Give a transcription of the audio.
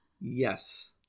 yes